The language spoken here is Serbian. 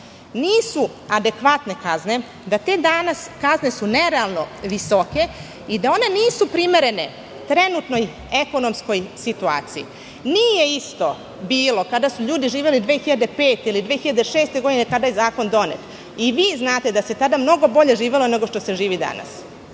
nisu adekvatne kazne, da su te kazne danas nerealno visoke i da one nisu primerene trenutnoj ekonomskoj situaciji. Nije isto bilo kada su ljudi živeli 2005. ili 2006. godine kada je zakon donet. I vi znate da se tada mnogo bolje živelo nego što se živi